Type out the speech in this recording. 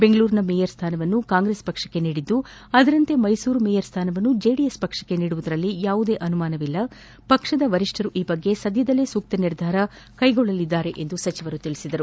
ಬೆಂಗಳೂರಿನ ಮೇಯರ್ ಸ್ಥಾನವನ್ನು ಕಾಂಗ್ರೆಸ್ ಪಕ್ಷಕ್ಕೆ ನೀಡಿದ್ದು ಅದರಂತೆ ಮೈಸೂರು ಮೇಯರ್ ಸ್ಥಾನವನ್ನು ಜೆಡಿಎಸ್ ಪಕ್ಷಕ್ಕೆ ನೀಡುವುದರಲ್ಲಿ ಯಾವುದೇ ಅನುಮಾನವಿಲ್ಲ ಪಕ್ಷದ ವರಿಷ್ಠರು ಈ ಬಗ್ಗೆ ಸದ್ಯದಲ್ಲೇ ಸೂಕ್ತ ನಿರ್ಧಾರ ಕೈಗೊಳ್ಳಲಿದ್ದಾರೆ ಎಂದು ಸಚಿವರು ತಿಳಿಸಿದರು